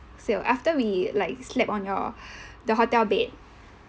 so after we like slept on your the hotel bed